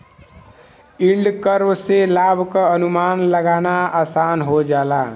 yield curve से लाभ क अनुमान लगाना आसान हो जाला